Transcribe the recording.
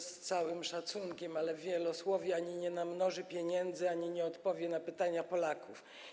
Z całym szacunkiem, ale wielosłowie ani nie namnoży pieniędzy, ani nie odpowie ma pytania Polaków.